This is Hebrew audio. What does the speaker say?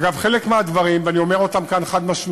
אגב, חלק מהדברים, ואני אומר אותם כאן חד-משמעית,